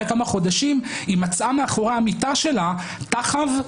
כמה חודשים היא מצאה מאחורי המיטה שלה טחב,